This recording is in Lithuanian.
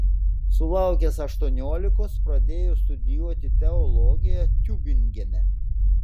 sulaukęs aštuoniolikos pradėjo studijuoti teologiją tiubingene